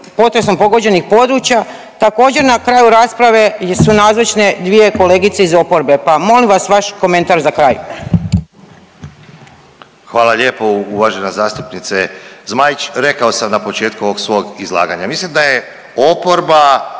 potresom pogođenih područja također na kraju rasprave gdje su nazočne dvije kolegice iz oporbe pa molim vas vaš komentar za kraj? **Ivanović, Goran (HDZ)** Hvala lijepo uvažena zastupnice Zmajić. Rekao sam na početku ovog svog izlaganja mislim da je oporba